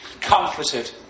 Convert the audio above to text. comforted